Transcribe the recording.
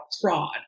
fraud